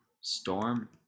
storm